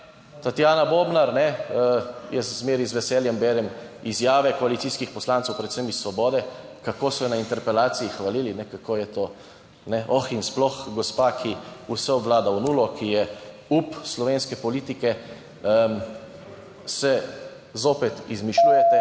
Tatjana Bobnar, jaz zmeraj z veseljem berem izjave koalicijskih poslancev, predvsem iz Svobode, kako so jo na interpelaciji hvalili, kako je to oh in sploh gospa, ki vse obvlada v nulo, ki je up slovenske politike. Spet si izmišljujete.